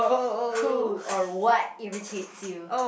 who or what irritates you